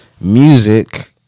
music